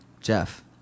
Jeff